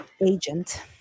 agent